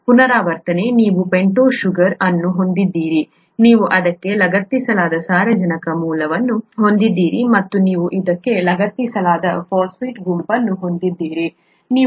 ಪುನರಾವರ್ತನೆ ನೀವು pentose sugar ಅನ್ನು ಹೊಂದಿದ್ದೀರಿ ನೀವು ಇದಕ್ಕೆ ಲಗತ್ತಿಸಲಾದ ಸಾರಜನಕ ಮೂಲವನ್ನು ಹೊಂದಿದ್ದೀರಿ ಮತ್ತು ನೀವು ಇದಕ್ಕೆ ಲಗತ್ತಿಸಲಾದ ಫಾಸ್ಫೇಟ್ ಗುಂಪನ್ನು ಹೊಂದಿದ್ದೀರಿ